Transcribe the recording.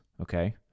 okay